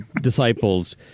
disciples